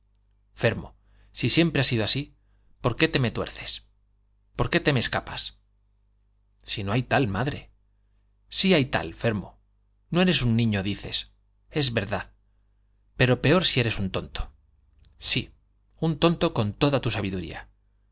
fermo si siempre ha sido así por qué te me tuerces por qué te me escapas si no hay tal madre sí hay tal fermo no eres un niño dices es verdad pero peor si eres un tonto sí un tonto con toda tu sabiduría